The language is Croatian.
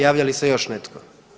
Javlja li se još neko?